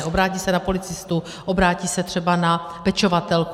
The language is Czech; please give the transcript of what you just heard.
Obrátí se na policistu, obrátí se třeba na pečovatelku.